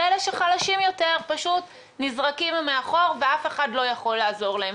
ואלה שחלשים יותר פשוט נזרקים מאחור ואף אחד לא יכול לעזור להם.